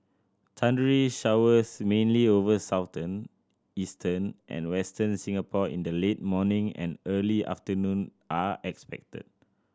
thundery showers mainly over Southern Eastern and Western Singapore in the late morning and early afternoon are expected